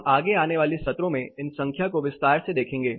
हम आगे आने वाले सत्रों में इन संख्या को विस्तार से देखेंगे